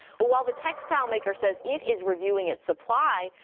but while the textile maker says it is reviewing its supply,